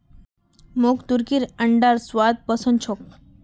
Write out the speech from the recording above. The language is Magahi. मोक तुर्कीर अंडार स्वाद पसंद छोक